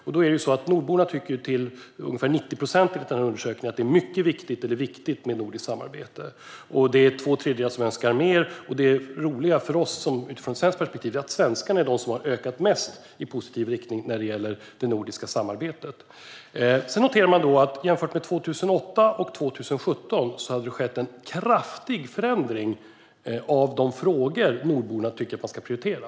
Enligt undersökningen tycker ungefär 90 procent av nordborna att det är mycket viktigt eller viktigt med nordiskt samarbete. Två tredjedelar av dem önskar mer samarbete. Det roliga för oss, utifrån ett svenskt perspektiv, är att svenskarna är de som har ökat mest i positiv riktning. Jämför man 2008 och 2017 kan man se att det har skett en kraftig förändring av de frågor som nordborna tycker att man ska prioritera.